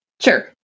Sure